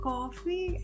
Coffee